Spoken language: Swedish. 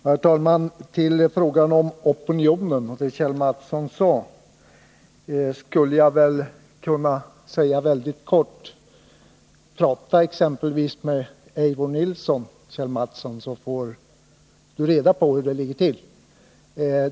Herr talman! När det gäller frågan om opinionen skulle jag kunna säga mycket kortfattat till Kjell Mattsson: Prata exempelvis med Eivor Nilson, så får ni reda på hur det ligger till!